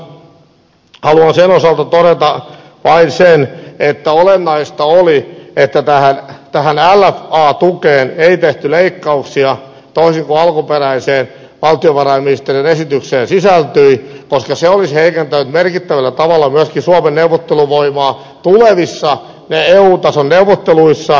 haluan sen osalta todeta vain sen että olennaista oli että tähän lfa tukeen ei tehty leikkauksia toisin kuin alkuperäiseen valtiovarainministeriön esitykseen sisältyi koska se olisi heikentänyt merkittävällä tavalla myöskin suomen neuvotteluvoimaa tulevissa eu tason neuvotteluissa